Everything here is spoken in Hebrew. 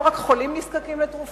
לא רק חולים נזקקים לתרופות,